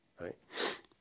right